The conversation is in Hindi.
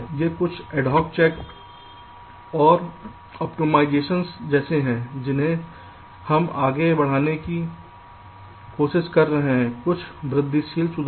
ये कुछ एडहॉक चेक और ऑप्टिमाइज़ेशन जैसे हैं जिन्हें हम आगे बढ़ाने की कोशिश कर रहे हैं कुछ वृद्धिशील सुधार